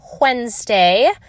Wednesday